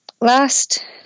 last